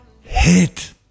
hit